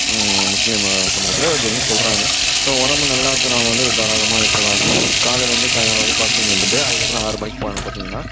முஸ்லீம் சமூகத்தில் இது வந்து சொல்கிறாங்க ஸோ உடம்பு நல்லா இருக்கிறவங்க வந்து இதை தாராளமாக இருக்கலாம் காலையிலிருந்து சாயங்காலம் வரையும் ஃபாஸ்ட்டிங் இருந்துவிட்டு அதுக்கப்புறம் ஆறு மணிக்கு மேலே பார்த்தீங்கன்னா